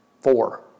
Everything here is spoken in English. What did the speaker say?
four